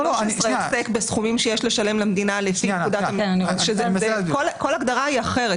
13 עוסק בסכומים שיש לשלם למדינה לפי פקודת --- כל הגדרה היא אחרת.